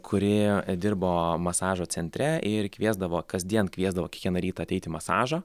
kuri dirbo masažo centre ir kviesdavo kasdien kviesdavo kiekvieną rytą ateiti į masažą